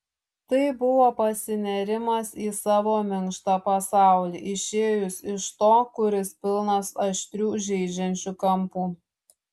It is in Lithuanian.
tai buvo pasinėrimas į savo minkštą pasaulį išėjus iš to kuris pilnas aštrių žeidžiančių kampų